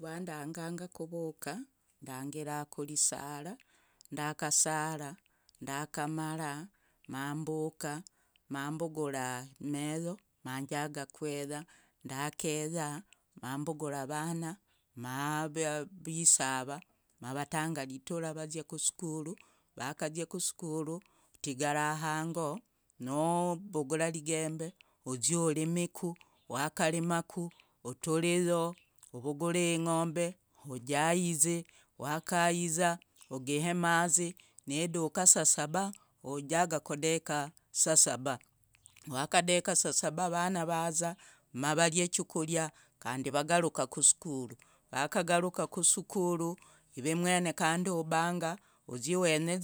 Rwandanganga kuvuka ndangira kurisara ndakasara ndakamara mambuka mambugura ameyo njaga kweya. ndakeya mambugura avana avisava. mavatanga ritura vazia kuskuru vakazia kuskuru utigara hango nuvugura rigembe uzyu urimiku. wakamaraku uturiyo uvuguri eng'ombe ujaize. wakaiza ogehe amazi nidika saa saba. wakadeka avana vaza mavaria ichukuria kandi vagaruka kuskuru. vakagaruka kuskuru yivi mwene kandi ubanga uzyi wenye.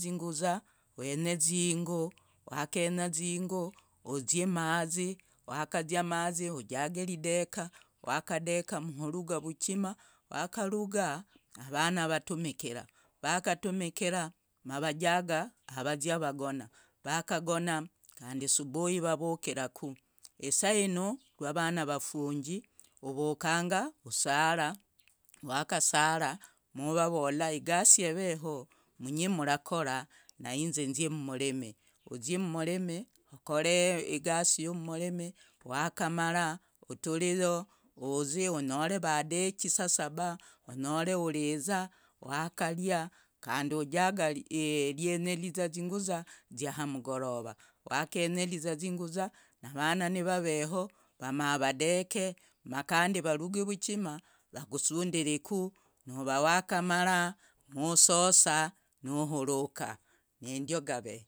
wenye zingu wakenya izingu. uzyi mazi wakazia amazi. ujagarideka wakadeka. wakadeka. uruga uvuchima. wakaruga avana vatumikira vakatumikira mavajaga. avazia kogona vakagona kandi subuhi vavukiraku. isainu rwa vana vafunji uvukanga kusara wakasara muvavola igasi eveho mungu mrakora nianze nzyi mmurimi uzyi mmurimi okor igasi wakamaraa uturayo uzi onyore vadechi saa saaba onyore uriza wakaria kandi ujaga rienyeliza zinguza zyahamgorova wakenyeliza zinguza na avana nivaveho mavad makandi varugi uvuchima vakusundiriku mara mososa nuhuruka nigave.